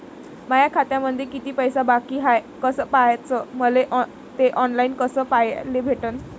माया खात्यामंधी किती पैसा बाकी हाय कस पाह्याच, मले थे ऑनलाईन कस पाह्याले भेटन?